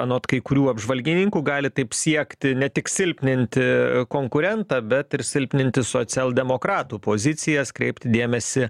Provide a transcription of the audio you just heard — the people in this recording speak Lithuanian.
anot kai kurių apžvalgininkų gali taip siekti ne tik silpninti konkurentą bet ir silpninti socialdemokratų pozicijas kreipti dėmesį